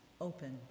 open